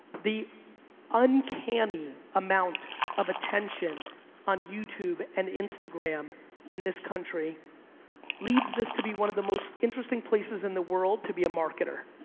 the uncanny amount of attention on youtube and instagram in this country leads this to be one of the most interesting places in the world, to be a marketer,